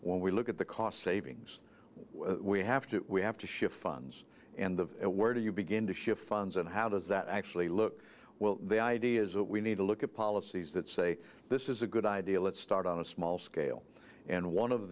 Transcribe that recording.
when we look at the cost savings we have to we have to shift funds and the where do you begin to shift funds and how does that actually look well the idea is that we need to look at policies that say this is a good idea let's start on a small scale and one of